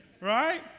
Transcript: right